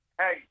hey